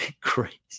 Crazy